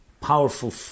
powerful